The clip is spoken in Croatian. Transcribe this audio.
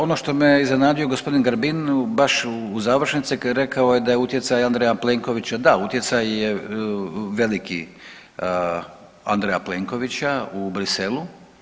Ono što me iznenadio gospodin Grbin baš u završnici rekao je da je utjecaj Andreja Plenkovića, da utjecaj je veliki Andreja Plenkovića u Bruxellesu.